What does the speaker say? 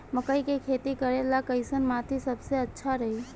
मकई के खेती करेला कैसन माटी सबसे अच्छा रही?